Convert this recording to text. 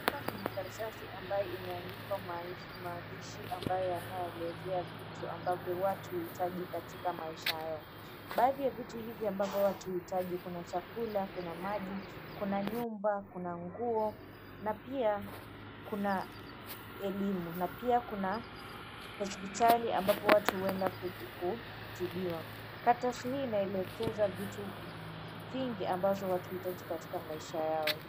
Hapa kuna karatasi iambayo imeandikwa mahandishi ambayo yanayoelezea vitu ambavyo watu hauitaji katika maisha yao. Baadhi ya vitu hivi ambayo watu hauitaji kuna chakula kuna maji kuna nyumba kuna nguo na pia kuna elimu na pia kuna hospitali ambapo watu uenda kutibiwa. Karatasi hii inaeleza vitu vingi ambavyo watu hauitaji katika maisha yao.